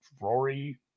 Rory